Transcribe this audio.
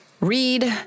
read